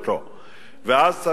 ואז,